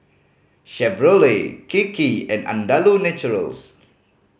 Chevrolet Kiki and Andalou Naturals